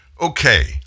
Okay